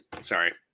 Sorry